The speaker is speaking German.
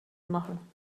machen